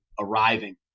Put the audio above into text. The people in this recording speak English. arriving